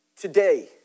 today